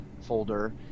folder